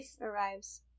arrives